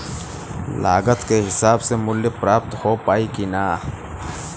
लागत के हिसाब से मूल्य प्राप्त हो पायी की ना?